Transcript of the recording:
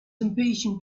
impatient